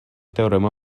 teorema